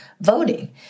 voting